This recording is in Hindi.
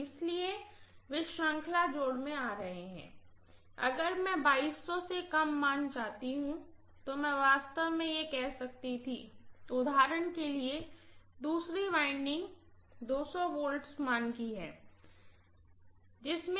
इसलिए वे श्रृंखला जोड़ में आ रहे हैं अगर मैं से कम मान चाहती थी तो मैं वास्तव में कह सकती थी उदाहरण के लिए दूसरी वाइंडिंग V मान की है जिसमें